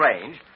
range